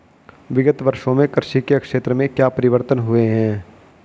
विगत वर्षों में कृषि के क्षेत्र में क्या परिवर्तन हुए हैं?